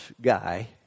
guy